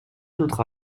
d’autre